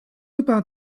about